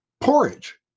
porridge